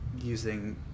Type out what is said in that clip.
using